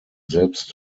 selbst